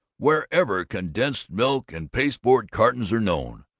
wherever condensed milk and pasteboard cartons are known!